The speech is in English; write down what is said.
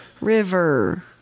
river